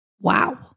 Wow